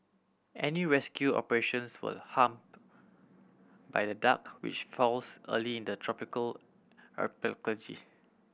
any rescue operations will hampered by the dark which falls early in the tropical archipelago